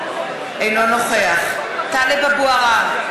אינו נוכח טלב אבו עראר,